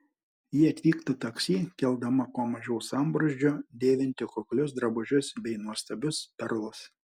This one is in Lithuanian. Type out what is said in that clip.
ji atvyktų taksi keldama kuo mažiau sambrūzdžio dėvinti kuklius drabužius bei nuostabius perlus